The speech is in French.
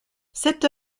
cette